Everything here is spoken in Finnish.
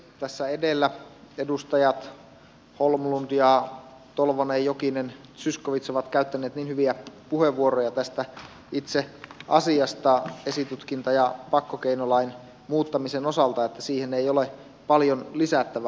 tässä edellä edustajat holmlund tolvanen jokinen zyskowicz ovat käyttäneet niin hyviä puheenvuoroja tästä itse asiasta esitutkinta ja pakkokeinolain muuttamisen osalta että siihen ei ole paljon lisättävää